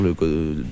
le